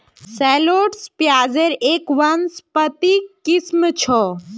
shallots प्याज़ेर एक वानस्पतिक किस्म छ